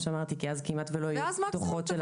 שאמרתי, כי אז לא יהיו כמעט בכלל דוחות של עצמאים.